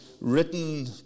written